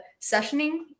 sessioning